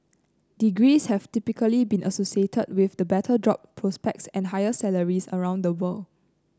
degrees have typically been associated with better job prospects and higher salaries around the world